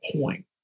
point